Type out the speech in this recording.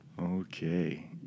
Okay